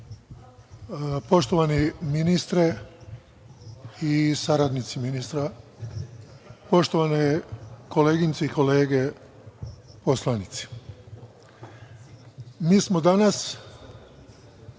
poštovani ministre i saradnici ministra, poštovane koleginice i kolege poslanici, mi smo danas